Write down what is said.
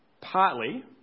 Partly